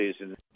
season